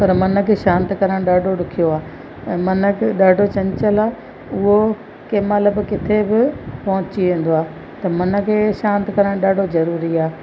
पर मन खे शांति करणु ॾाढो ॾुखियो आहे ऐं मन त ॾाढो चंचल आहे उओ कंहिं महिल ब किथे बि पहुची वेंदो आहे त मन खे शांति करणु ॾाढो ज़रूरी आहे